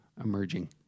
emerging